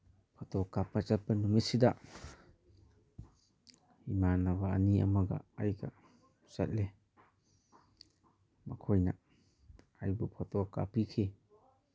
photo ꯀꯥꯞꯄ ꯆꯠꯄ ꯅꯨꯃꯤꯠꯁꯤꯗ ꯏꯃꯥꯟꯅꯕ ꯑꯅꯤ ꯑꯃꯒ ꯑꯩꯒ ꯆꯠꯂꯤ ꯃꯈꯣꯏꯅ ꯑꯩꯕꯨ ꯐꯣꯇꯣ ꯀꯥꯞꯄꯤꯈꯤ